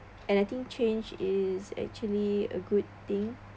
and I think change is actually a good thing